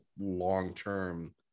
long-term